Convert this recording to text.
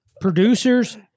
Producers